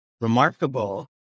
remarkable